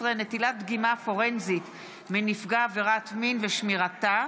15) (נטילת דגימה פורנזית מנפגע עבירת מין ושמירתה),